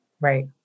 right